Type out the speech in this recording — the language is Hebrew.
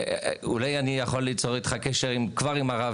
אולי אני יכול ליצור איתך קשר כבר עם הרב